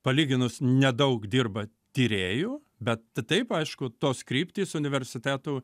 palyginus nedaug dirba tyrėjų bet taip aišku tos kryptys universitetų